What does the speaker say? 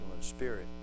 spirit